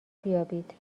بیابید